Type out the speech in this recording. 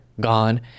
gone